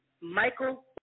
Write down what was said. Michael